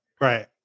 right